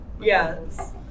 Yes